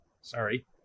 sorry